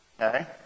Okay